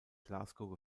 glasgow